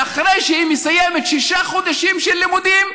ואחרי שהיא מסיימת שישה חודשים של לימודים,